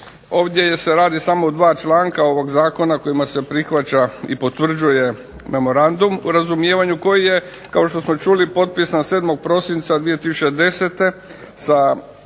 Ovdje se radi o dva članka ovog zakona kojima se prihvaća i potvrđuje memorandum o razumijevanju koji je kao što smo čuli potpisan 7. prosinca 2010. sa